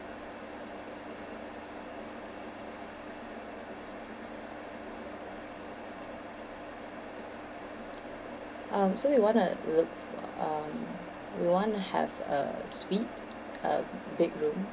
um so we wanna look um we want to have a suite uh big room